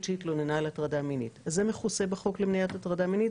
שהתלוננה על הטרדה מינית זה חוסה בחוק למניעת הטרדה מינית,